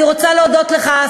אני רוצה להודות לך,